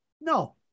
No